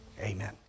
Amen